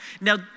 Now